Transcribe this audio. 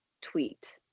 tweet